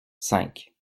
cinq